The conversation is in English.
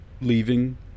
leaving